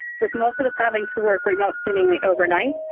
with most of us having to work remote seemingly overnight,